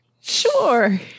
Sure